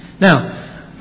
Now